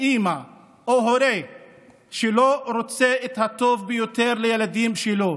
אימא או הורה שלא רוצה את הטוב ביותר לילדים שלו.